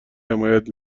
حمایت